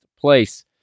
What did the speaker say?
place